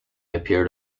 appeared